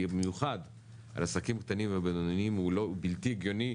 במיוחד על עסקים קטנים ובינוניים הוא בלתי הגיוני,